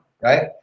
Right